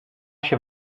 się